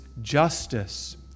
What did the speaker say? justice